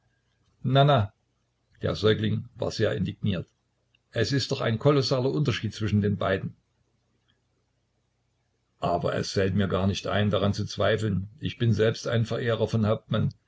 der säugling war sehr indigniert es ist doch ein kolossaler unterschied zwischen den beiden aber es fällt mir gar nicht ein daran zu zweifeln ich bin selbst ein verehrer von hauptmann